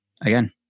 Again